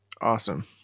Awesome